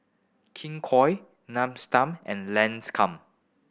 King Koil Nestum and Lancome